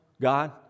God